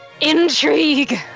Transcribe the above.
Intrigue